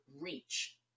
reach